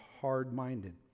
hard-minded